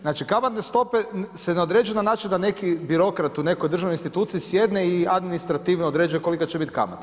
Znači kamatne se ne određuju na način da neki birokrat u nekoj državnoj instituciji sjedne i administrativno određuje kolika će biti kamata.